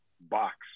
box